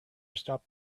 stop